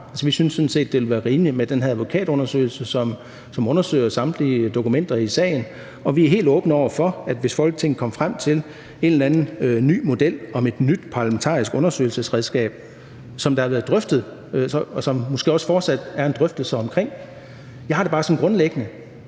set, at det ville være rimeligt med den her advokatundersøgelse, som undersøger samtlige dokumenter i sagen. Og vi er helt åbne over for det, hvis Folketinget kommer frem til en eller anden ny model med et nyt parlamentarisk undersøgelsesredskab, som det har været drøftet, og som der måske også fortsat er en drøftelse omkring. Jeg har det bare sådan grundlæggende,